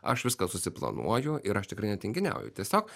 aš viską susiplanuoju ir aš tikrai netinginiauju tiesiog